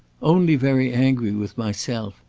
only very angry with myself.